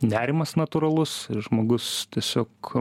nerimas natūralus ir žmogus tiesiog